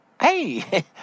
Hey